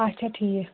اَچھا ٹھیٖک